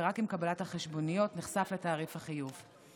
ורק עם קבלת החשבוניות הוא נחשף לתעריף החיוב.